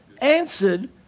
answered